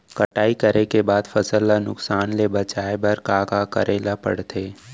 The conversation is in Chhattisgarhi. कटाई करे के बाद फसल ल नुकसान ले बचाये बर का का करे ल पड़थे?